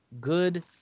good